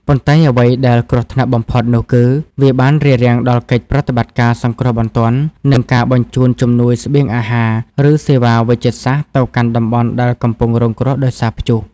ប៉ុន្តែអ្វីដែលគ្រោះថ្នាក់បំផុតនោះគឺវាបានរារាំងដល់កិច្ចប្រតិបត្តិការសង្គ្រោះបន្ទាន់ និងការបញ្ជូនជំនួយស្បៀងអាហារ ឬសេវាវេជ្ជសាស្ត្រទៅកាន់តំបន់ដែលកំពុងរងគ្រោះដោយសារព្យុះ។